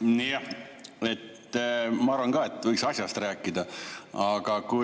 Jah, ma arvan ka, et võiks rääkida asjast.